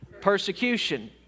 persecution